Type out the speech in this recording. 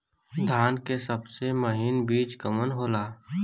धान के सबसे महीन बिज कवन होला?